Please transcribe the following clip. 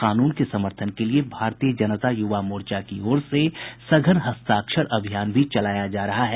कानून के समर्थन के लिये भारतीय जनता युवा मोर्चा की ओर से सघन हस्ताक्षर अभियान भी चलाया जा रहा है